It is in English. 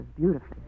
beautifully